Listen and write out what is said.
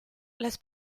las